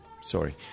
Sorry